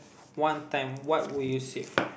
one time what would you save